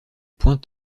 point